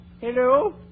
Hello